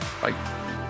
bye